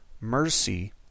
mercy